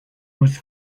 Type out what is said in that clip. was